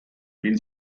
wenn